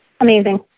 amazing